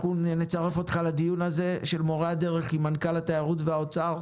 נצרף אותך לדיון של מורי הדרך עם מנכ"ל משרד התיירות ואנשי משרד האוצר,